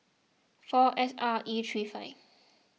four S R E three five